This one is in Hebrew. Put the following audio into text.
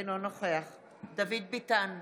אינו נוכח דוד ביטן,